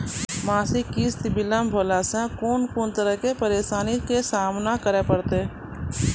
मासिक किस्त बिलम्ब भेलासॅ कून कून तरहक परेशानीक सामना करे परतै?